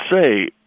say